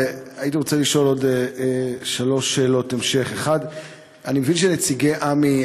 והייתי רוצה לשאול עוד שלוש שאלות המשך: 1. אני מבין שנציגי עמ"י,